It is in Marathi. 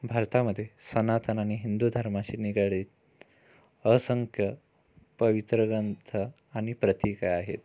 भारतामध्ये सनातन आणि हिंदू धर्माशी निगडीत असंख्य पवित्र ग्रंथ आणि प्रतीके आहेत